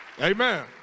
Amen